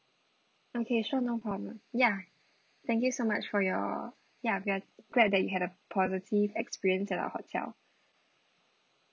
okay sure no problem ya thank you so much for your ya we're glad that you had a positive experience at our hotel